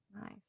Nice